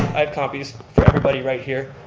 i have copies for everybody right here.